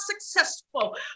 successful